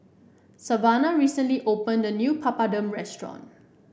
Savanna recently opened a new Papadum restaurant